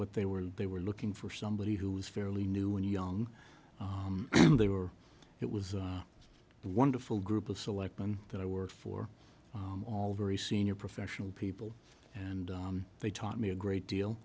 what they were they were looking for somebody who was fairly new and young and they were it was a wonderful group of selectmen that i worked for all very senior professional people and they taught me a great deal